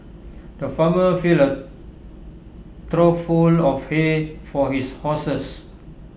the farmer filled A trough full of hay for his horses